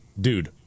dude